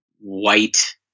white